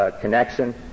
connection